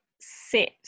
set